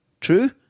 true